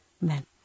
Men